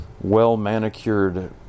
well-manicured